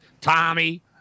Tommy